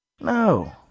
no